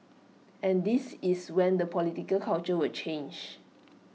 and this is when the political culture will change